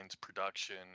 production